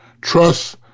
trust